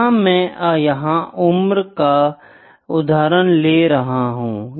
जैसे मैं यहाँ उम्र का का उदाहरण ले रहा हूँ